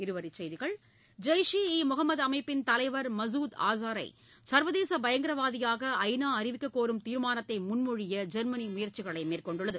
இருவரி செய்திகள் ஜெய்ஷ் இ முகம்மது அமைப்பின் தலைவர் மசூத் ஆசாளர சர்வதேச பயங்கரவாதியாக ஐ நா அறிவிக்க கோரும் தீர்மானத்தை முன்மொழிய ஜெர்மனி முயற்சிகளை மேற்கொண்டுள்ளது